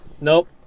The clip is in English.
nope